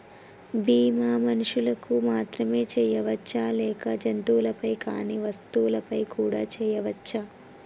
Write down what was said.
బీమా మనుషులకు మాత్రమే చెయ్యవచ్చా లేక జంతువులపై కానీ వస్తువులపై కూడా చేయ వచ్చా?